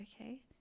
okay